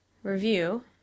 Review